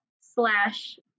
slash